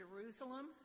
Jerusalem